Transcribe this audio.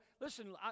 Listen